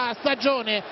stagione